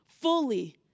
fully